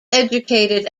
educated